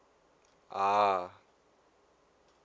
ah